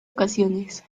ocasiones